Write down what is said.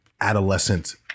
adolescent